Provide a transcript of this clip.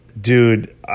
dude